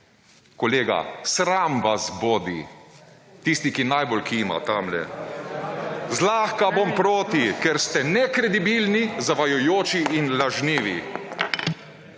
kolega, sram vas bodi, tisti ki najbolj kima tamle. Zlahka bom proti, ker ste nekredibilni, zavajajoči in lažnivi.